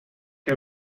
you